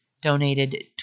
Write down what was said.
donated